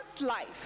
life